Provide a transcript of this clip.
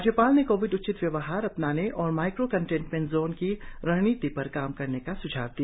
राज्यपाल ने कोविड उचित व्यवहार अपनाने और माइक्रो कंटेनमेंट जोन की रणनीति पर काम करने का सुझाव दिया